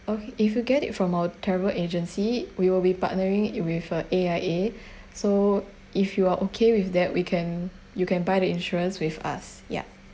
okay if you get it from our travel agency we will be partnering with uh A_I_A so if you are okay with that we can you can buy the insurance with us yup